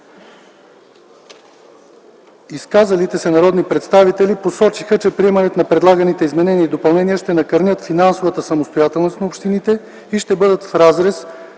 Изказалите се народни представители посочиха, че приемането на предлаганите изменения и допълнения ще накърнят финансовата самостоятелност на общините и ще бъдат в разрез